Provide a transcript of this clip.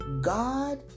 God